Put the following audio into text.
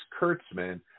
Kurtzman